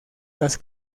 las